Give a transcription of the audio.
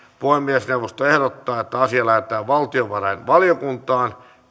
puhemiesneuvosto ehdottaa että asia lähetetään valtiovarainvaliokuntaan